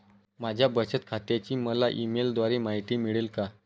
माझ्या बचत खात्याची मला ई मेलद्वारे माहिती मिळेल का?